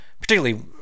particularly